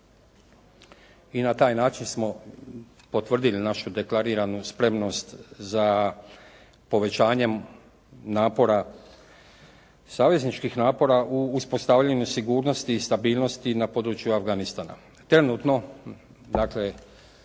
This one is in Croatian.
i na taj način smo potvrdili našu deklariranu spremnost za povećanjem napora, savezničkih napora u uspostavljanju sigurnosti i stabilnosti na području Afganistana. Trenutno, dakle